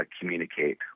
communicate